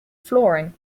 flooring